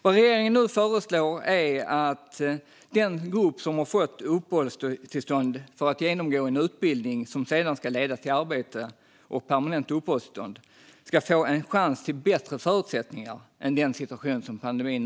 Det regeringen föreslår är att den grupp som har fått uppehållstillstånd för att genomgå en utbildning som ska leda till arbete och permanent uppehållstillstånd ska få en chans till bättre förutsättningar än de som råder under pandemin.